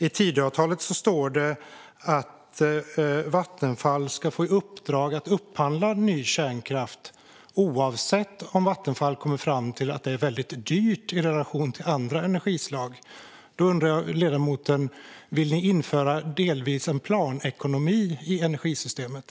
I Tidöavtalet står det att Vattenfall ska få i uppdrag att upphandla ny kärnkraft, även om Vattenfall kommer fram till att det är väldigt dyrt i relation till andra energislag. Jag undrar, ledamoten: Vill ni delvis införa planekonomi i energisystemet?